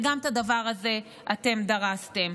וגם את הדבר הזה אתם דרסתם.